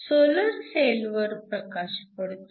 solar सेलवर प्रकाश पडतो